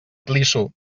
clisso